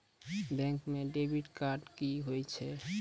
Bank म debit card की होय छै?